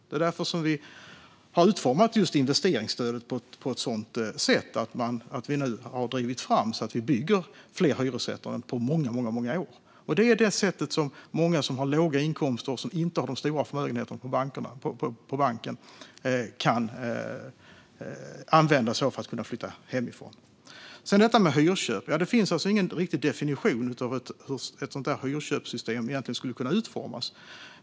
Det är därför vi har utformat investeringsstödet på ett sådant sätt att vi nu har drivit fram att man bygger fler hyresrätter än på många år. Det är det sätt som många som har låga inkomster och saknar stora förmögenheter på banken kan använda sig av för att kunna flytta hemifrån. När det sedan gäller hyrköp finns det alltså ingen riktig definition av hur ett hyrköpssystem skulle kunna utformas.